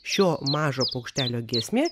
šio mažo paukštelio giesmė